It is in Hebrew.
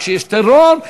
כשיש טרור,